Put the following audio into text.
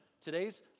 today's